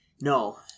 No